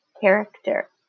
character